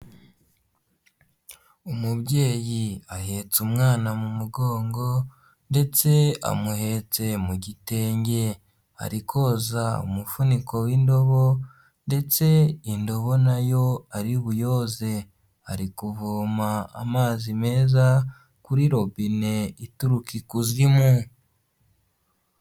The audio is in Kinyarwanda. Umubyeyi ahetse umwana mu mugongo ndetse amuhetse mu gitenge. Ari koza umufuniko w'indobo ndetse indobo na yo ari buyoze. Ari kuvoma amazi meza kuri robine ituruka ikuzimu.